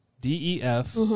D-E-F